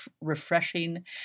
refreshing